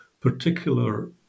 particular